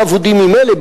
שהם כנראה אבודים ממילא,